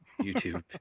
YouTube